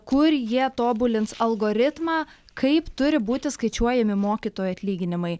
kur jie tobulins algoritmą kaip turi būti skaičiuojami mokytojų atlyginimai